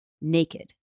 naked